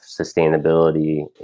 sustainability